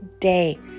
day